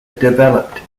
developed